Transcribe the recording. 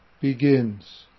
begins